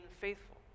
faithful